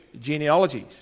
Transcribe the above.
genealogies